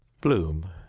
bloom